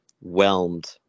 Whelmed